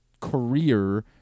career